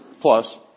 Plus